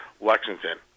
Lexington